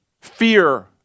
fear